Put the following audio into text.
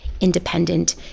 independent